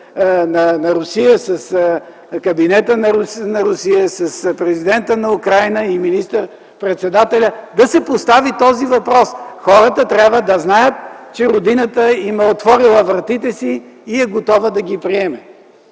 на Русия, с Кабинета на Русия, с президента на Украйна и министър-председателя – хората трябва да знаят, че родината им е отворила вратите си и е готова да ги приеме.